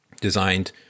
designed